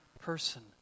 person